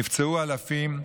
ונפצעו אלפים.